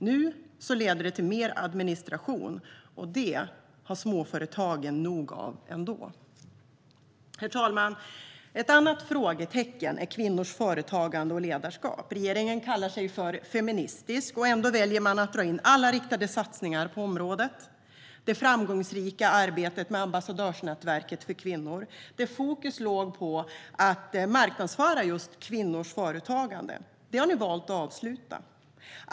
Nu leder det till mer administration, och det har småföretagen nog av ändå. Herr talman! Ett annat frågetecken är kvinnors företagande och ledarskap. Regeringen kallar sig för feministisk och ändå väljer man att dra in alla riktade satsningar på området. Det framgångsrika arbetet med ambassadörsnätverket för kvinnor, där fokus låg på att marknadsföra just kvinnors företagande, har ni valt att avsluta.